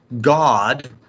God